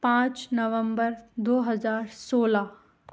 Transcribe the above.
पाँच नवम्बर दो हज़ार सोलह